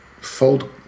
fold